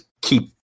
keep